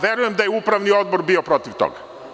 Verujem da je upravni odbor bio protiv toga.